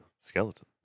skeleton